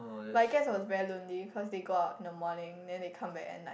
but I guess I was very lonely cause they go out in the morning then they come back at night